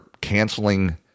canceling